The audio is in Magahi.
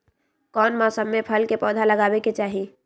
कौन मौसम में फल के पौधा लगाबे के चाहि?